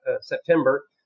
September